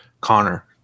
Connor